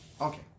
Okay